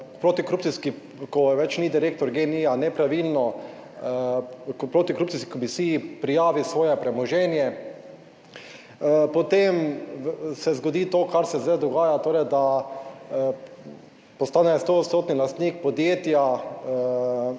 protikorupcijski, ko več ni direktor Gen-I, nepravilno protikorupcijski komisiji prijavi svoje premoženje, potem se zgodi to kar se zdaj dogaja, torej da postane stoodstotni lastnik podjetja